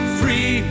free